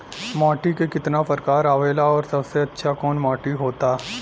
माटी के कितना प्रकार आवेला और सबसे अच्छा कवन माटी होता?